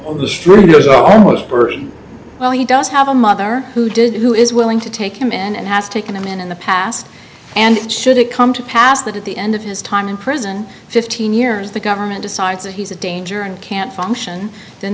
on the street you know is almost worth well he does have a mother who did who is willing to take him in and has taken him in the past and it shouldn't come to pass that at the end of his time in prison fifteen years the government decides that he's a danger and can't function then